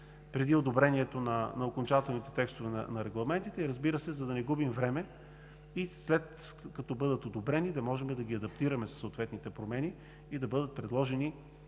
преди одобрението на окончателните текстове на регламентите. За да не губим време и след като бъдат одобрени, да можем да ги адаптираме със съответните промени и да бъдат предложени